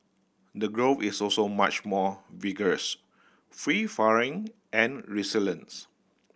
the growth is also much more vigorous free and resilience